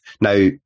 now